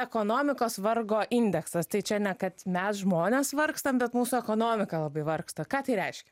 ekonomikos vargo indeksas tai čia ne kad mes žmonės vargstam bet mūsų ekonomika labai vargsta ką tai reiškia